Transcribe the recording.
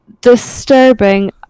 disturbing